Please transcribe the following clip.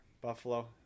Buffalo